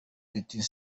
petit